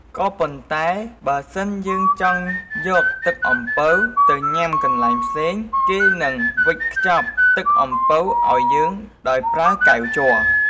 ក៏ប៉ុន្តែបើសិនជាយើងចង់យកទឹកអំពៅទៅញុាំកន្លែងផ្សេង គេនឹងវេចខ្ចប់ទឹកអំពៅឱ្យយើងដោយប្រើកែវជ័រ។